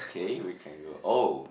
it's okay we can go oh